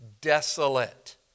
desolate